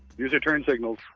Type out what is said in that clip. use your turn signals